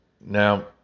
Now